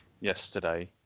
yesterday